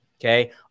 okay